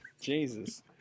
Jesus